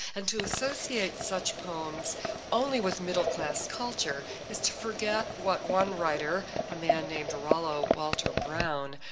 and to associate such poems only with middle class culture is to forget what one writer, a man named rollo walter brown,